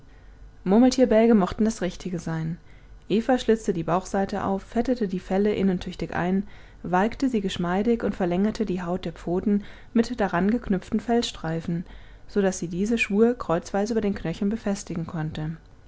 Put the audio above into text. eintreten murmeltierbälge mochten das richtige sein eva schlitzte die bauchseite auf fettete die felle innen tüchtig ein walkte sie geschmeidig und verlängerte die haut der pfoten mit daran geknüpften fellstreifen so daß sie diese schuhe kreuzweise über den knöcheln befestigen konnte